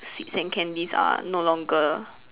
sweets and candies are no longer